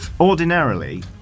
Ordinarily